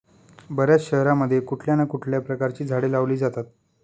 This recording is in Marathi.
बर्याच शहरांमध्ये कुठल्या ना कुठल्या प्रकारची झाडे लावली जातात